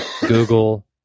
Google